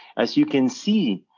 as you can see,